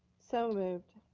so moved.